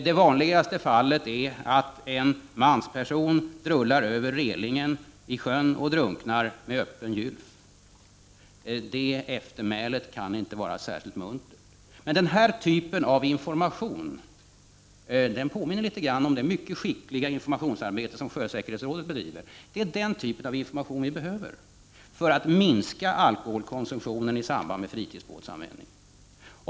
Det vanligaste fallet är att en mansperson drullar över relingen i sjön och drunknar med öppen gylf. Det eftermälet kan inte vara särskilt muntert. Denna information påminner litet om det mycket skickliga informationsarbete som sjösäkerhetsrådet bedriver. Det är den typen av information som behövs för att alkoholkonsumtionen i samband med fritidsbåtsanvändning skall minska.